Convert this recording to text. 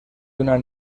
una